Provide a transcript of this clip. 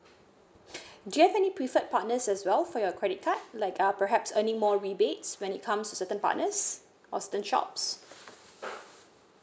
do you any preferred partners as well for your credit card like uh perhaps earning more rebates when it comes to certain partners or certain shops